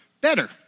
better